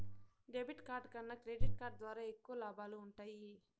debit card కన్నా credit card ద్వారా ఎక్కువ లాబాలు వుంటయ్యి